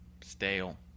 stale